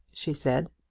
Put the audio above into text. she said.